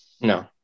No